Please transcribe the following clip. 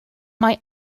mae